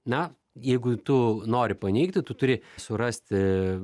na jeigu tu nori paneigti tu turi surasti